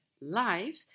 life